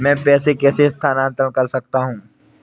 मैं पैसे कैसे स्थानांतरण कर सकता हूँ?